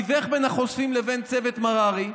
תיווך בין החושפים לבין צוות מררי,